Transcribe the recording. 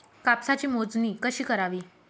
कापसाची मोजणी कशी करावी?